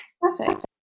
Perfect